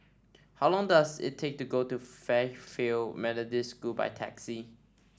how long does it take to go to Fairfield Methodist School by taxi